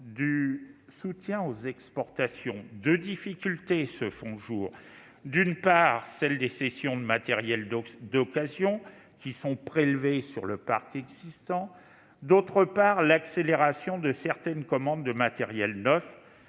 le soutien aux exportations, deux difficultés se font jour : d'une part, la cession de matériels d'occasion, prélevés sur le parc existant ; d'autre part, l'accélération de certaines commandes de matériel neuf